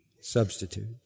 substitute